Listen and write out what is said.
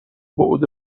بُعد